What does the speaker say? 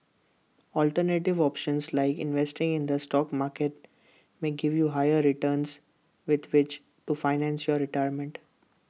alternative options like investing in the stock market may give you higher returns with which to financial your retirement